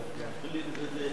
אדוני היושב-ראש,